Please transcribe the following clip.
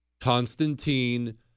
Constantine